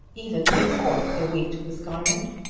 even before the wheat was garnered.